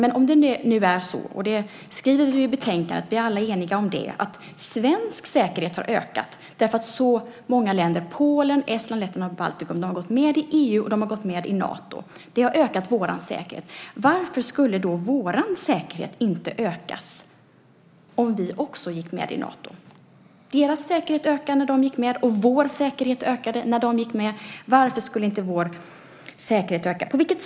Vi är alla eniga och skriver i betänkandet att svensk säkerhet har ökat därför att så många länder - Polen, Estland, Lettland, Litauen - har gått med i EU och i Nato. Varför skulle då inte vår säkerhet öka om vi också gick med i Nato? Deras säkerhet ökade när de gick med och vår säkerhet ökade när de gick med. Varför skulle inte vår säkerhet öka om vi gick med?